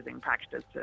practices